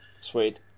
Sweet